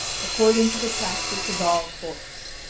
according to the practice of all courts.